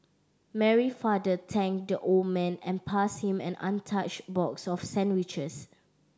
Mary's father thanked the old man and passed him an untouched box of sandwiches